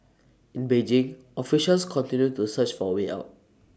in Beijing officials continue to search for A way out